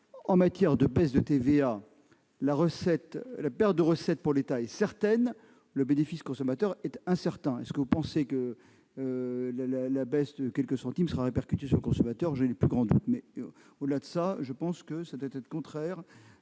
En matière de baisse de TVA, si la perte de recettes pour l'État est certaine, le bénéfice pour les consommateurs est incertain. Est-ce que vous pensez que la baisse de quelques centimes sera répercutée sur le consommateur ? J'ai le plus grand doute. Je rappelle que le taux de TVA doit viser